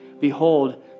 Behold